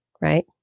right